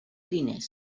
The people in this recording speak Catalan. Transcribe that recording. diners